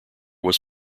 was